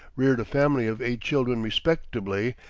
reared a family of eight children respectably,